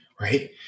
right